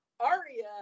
Aria